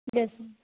yes ma'am